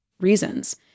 reasons